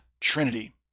Trinity